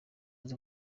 nta